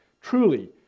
truly